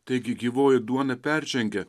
taigi gyvoji duona peržengia